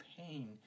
pain